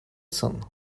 sun